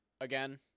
Again